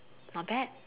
not bad